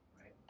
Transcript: right